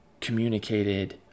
communicated